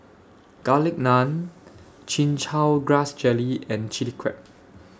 Garlic Naan Chin Chow Grass Jelly and Chili Crab